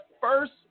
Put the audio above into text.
first